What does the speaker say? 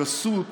הגסות